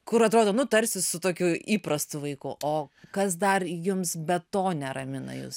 kur atrodo nu tarsi su tokiu įprastu vaiku o kas dar jums be to neramina jus